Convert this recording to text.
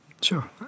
Sure